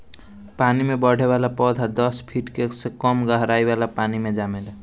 पानी में बढ़े वाला पौधा दस फिट से कम गहराई वाला पानी मे जामेला